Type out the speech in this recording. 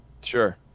Sure